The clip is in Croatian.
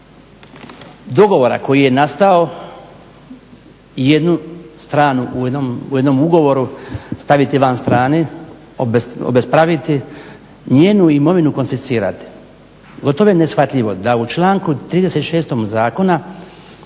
dogovora koji je nastao jednu stranu u jednom ugovoru staviti van strane, obespraviti, njenu imovinu konfiscirati. Gotovo je neshvatljivo da u članku 36. zakona